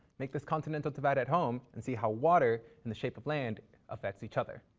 make this continental divide at home and see how water and the shape of land affects each other.